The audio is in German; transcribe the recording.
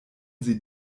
sie